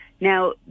Now